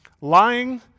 Lying